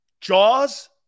Jaws